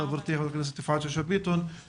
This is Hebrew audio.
הישיבה ננעלה